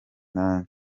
nta